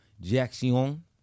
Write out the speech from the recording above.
Jackson